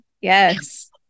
Yes